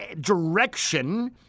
direction